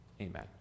Amen